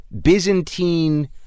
Byzantine